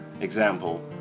Example